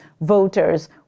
voters